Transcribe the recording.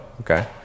Okay